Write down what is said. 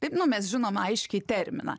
taip nu mes žinom aiškiai terminą